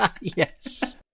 yes